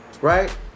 right